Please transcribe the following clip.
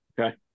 Okay